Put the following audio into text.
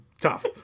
tough